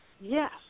Yes